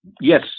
Yes